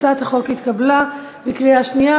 הצעת החוק התקבלה בקריאה שנייה.